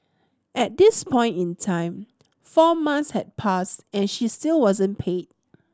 at this point in time four months had passed and she still wasn't paid